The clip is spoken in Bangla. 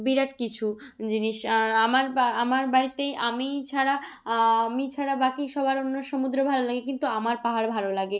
বিরাট কিছু জিনিস আমার বা আমার বাড়িতে আমিই ছাড়া আমি ছাড়া বাকি সবার অন্য সমুদ্র ভালো লাগে কিন্তু আমার পাহাড় ভালো লাগে